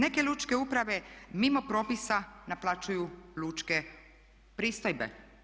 Neke lučke uprave mimo propisa naplaćuju lučke pristojbe.